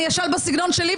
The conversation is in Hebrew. אני אשאל בסגנון שלי,